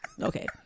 okay